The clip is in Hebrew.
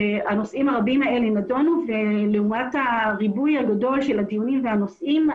הנושאים הרבים האלה נדונו ולעומת הריבוי הגדול של הדיונים והנושאים,